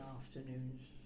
afternoon's